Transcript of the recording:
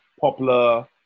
popular